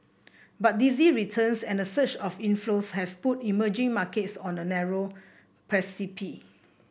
but dizzy returns and a surge of inflows have put emerging markets on a narrow